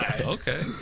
Okay